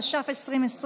התש"ף 2020,